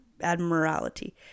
Admiralty